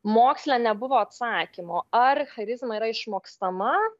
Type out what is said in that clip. moksle nebuvo atsakymo ar charizma yra išmokstama